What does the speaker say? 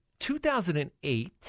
2008